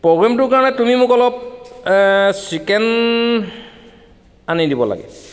প্ৰ'গ্ৰেমটোৰ কাৰণে তুমি মোক অলপ চিকেন আনি দিব লাগে